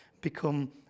become